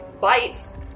bites